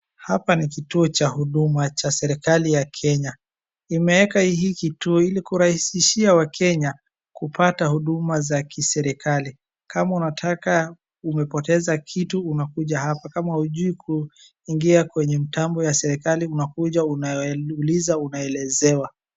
Hapa ni kituo cha huduma cha serikali ya Kenya. Imeeka hii kituo ili kurahisishia wakenya kupata huduma za kiserikali. Kama unataka, umepoteza kitu unakuja hapa, kama hujui kuingia kwenye mtambo ya serikali unakuja unauliza unaelezewa.